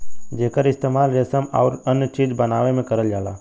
जेकर इस्तेमाल रेसम आउर अन्य चीज बनावे में करल जाला